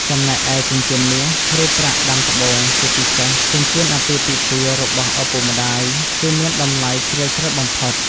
ចំណែកឯ ចិញ្ចៀនមាស ឬប្រាក់ដាំត្បូង ជាពិសេស ចិញ្ចៀនអាពាហ៍ពិពាហ៍របស់ឪពុកម្ដាយ គឺមានតម្លៃជ្រាលជ្រៅបំផុត។